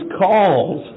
calls